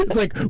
like,